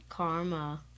Karma